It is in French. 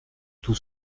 tout